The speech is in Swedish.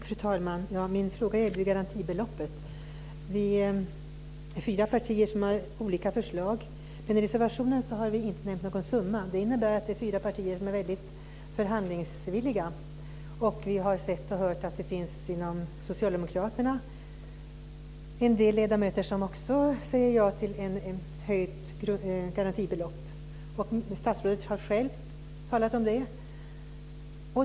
Fru talman! Min fråga gäller garantibeloppet. Vi är fyra partier som har olika förslag. I reservationen har vi inte nämnt någon summa. Det betyder att det finns fyra partier som är väldigt förhandlingsvilliga. Jag har sett och hört att det inom socialdemokraterna finns en del ledamöter som också säger ja till ett höjt garantibelopp, och statsrådet har själv talat om det.